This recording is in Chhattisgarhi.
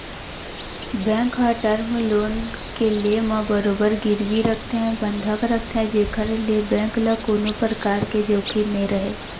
बेंक ह टर्म लोन के ले म बरोबर गिरवी रखथे बंधक रखथे जेखर ले बेंक ल कोनो परकार के जोखिम नइ रहय